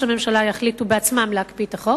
הממשלה יחליטו בעצמם להקפיא את החוק,